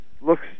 looks